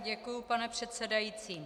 Děkuji, pane předsedající.